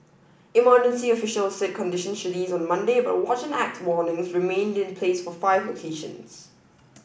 emergency officials said conditions should ease on Monday but watch and act warnings remained in place for five locations